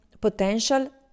potential